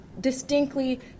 distinctly